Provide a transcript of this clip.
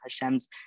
Hashem's